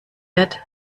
wird